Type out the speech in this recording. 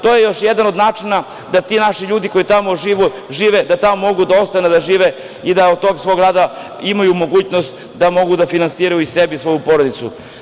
To je još jedan od načina da ti naši ljudi koji tamo žive, da tamo mogu da ostanu da žive i da od tog svog rada imaju mogućnost da mogu da finansiraju i sebe i svoju porodicu.